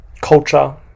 culture